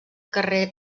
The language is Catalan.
carrer